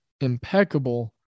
impeccable